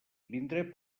vindré